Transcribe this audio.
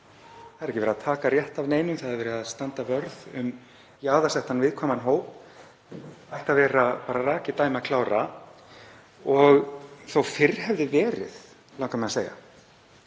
Það er ekki verið að taka rétt af neinum. Það er verið að standa vörð um jaðarsettan, viðkvæman hóp. Þetta ætti að vera rakið dæmi að klára og þótt fyrr hefði verið, langar mig að segja.